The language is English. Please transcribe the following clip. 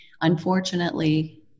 unfortunately